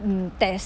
mm test